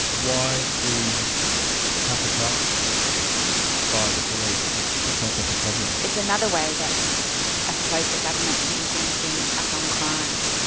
why the tough approach by the police if it's not such a problem? it's another way that i suppose the government can be seen to be being tough on crime.